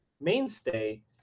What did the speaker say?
mainstay